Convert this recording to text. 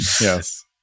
Yes